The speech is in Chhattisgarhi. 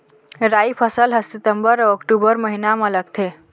राई फसल हा सितंबर अऊ अक्टूबर महीना मा लगथे